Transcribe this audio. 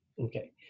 Okay